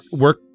work